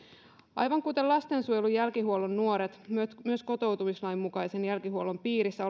aivan kuten lastensuojelun jälkihuollon nuoret myös kotoutumislain mukaisen jälkihuollon piirissä